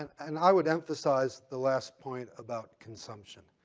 and i would emphasize the last point about consumption.